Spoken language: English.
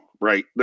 right